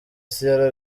sierra